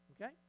Okay